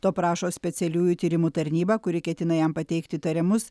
to prašo specialiųjų tyrimų tarnyba kuri ketina jam pateikti įtarimus